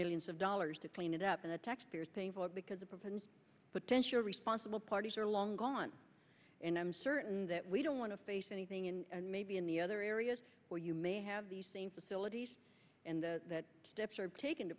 millions of dollars to clean it up and the taxpayers paying for it because it prevents potential responsible parties are long gone and i'm certain that we don't want to face anything and maybe in the other areas where you may have the same facilities and the steps are taken to